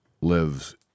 lives